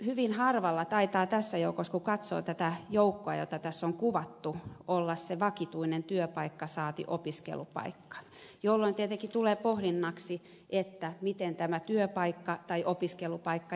hyvin harvalla taitaa tässä joukossa olla kun katsoo tätä joukkoa jota tässä on kuvattu se vakituinen työpaikka saati opiskelupaikka jolloin tietenkin tulee pohdinnaksi miten työpaikka tai opiskelupaikka järjestetään